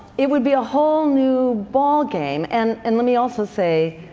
it would be a whole new ballgame, and and let me also say,